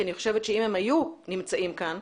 אני חושבת שאם הם היו נמצאים כאן,